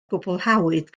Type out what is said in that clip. gwblhawyd